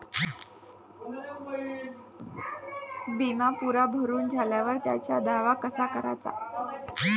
बिमा पुरा भरून झाल्यावर त्याचा दावा कसा कराचा?